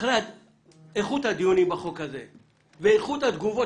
אחרי איכות הדיונים ואיכות התגובות